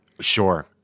Sure